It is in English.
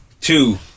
two